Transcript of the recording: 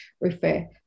refer